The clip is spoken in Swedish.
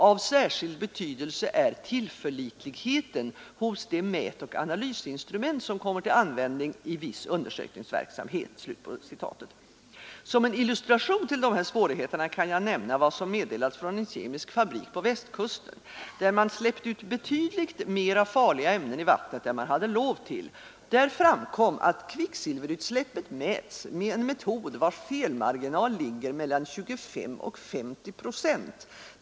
Av särskild betydelse är tillförlitligheten hos de mätoch analysinstrument som kommer till användning i viss undersökningsverksamhet.” Som en illustration till dessa svårigheter kan jag nämna vad som meddelats från en kemisk fabrik på Västkusten där man släppt ut betydligt mer farliga ämnen i vattnet än man hade lov till. Där framkom att kvicksilverutsläppet mäts med en metod, vars felmarginal ligger mellan 25 och 50 procent.